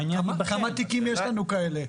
כמה תיקים כאלה יש לנו?